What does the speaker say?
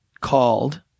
called